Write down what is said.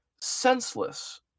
senseless